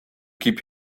keep